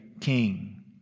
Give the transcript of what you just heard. king